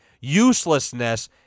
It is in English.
uselessness